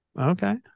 okay